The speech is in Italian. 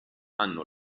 hanno